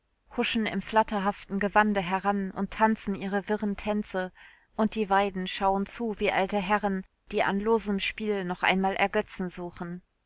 huschen im flatterhaften gewande heran und tanzen ihre wirren tänze und die weiden schauen zu wie alte herren die an losem spiel noch einmal ergötzen suchen